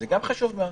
זה גם חשוב מאוד.